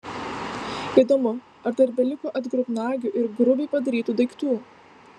įdomu ar dar beliko atgrubnagių ir grubiai padarytų daiktų